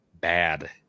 bad